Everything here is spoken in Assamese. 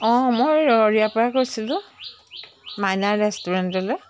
অঁ মই এই ৰৰৈয়াৰপৰা কৈছিলোঁ মাইনা ৰেষ্টুৰেণ্টলে